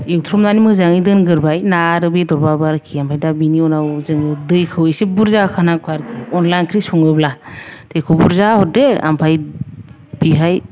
एवथ्रमनानै मोजाङै दोनग्रोबाय ना आरो बेदरबाबो आरोखि ओमफ्राय दा बेनि उनाव जोङो दैखौ एसे बुरजा होखानांगौ आरोखि अनला ओंख्रि सङोब्ला दैखौ बुरजा हरदो ओमफ्राय बेहाय